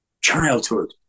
childhood